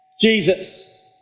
Jesus